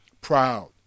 proud